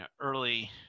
early